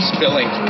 Spilling